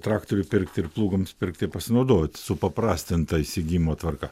traktorių pirkti ir plūgams pirkti pasinaudojot supaprastinta įsigijimo tvarka